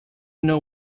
know